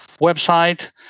website